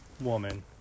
woman